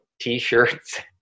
t-shirts